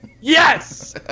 Yes